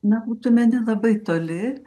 na būtume nelabai toli